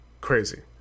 Crazy